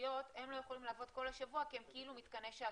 התיירותיות הם לא יכולים לעבוד כל השבוע כי הם כאילו מתקני שעשועים,